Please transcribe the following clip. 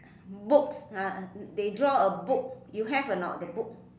books ah they draw a book you have or not the book